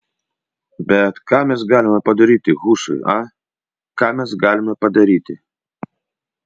bet ką mes galime padaryti hušai a ką mes galime padaryti